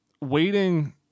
waiting